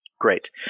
Great